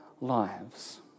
Lives